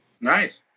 Nice